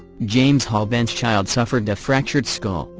james haubenschild suffered a fractured skull,